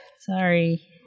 sorry